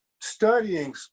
studying